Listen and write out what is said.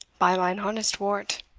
by mine honest wort.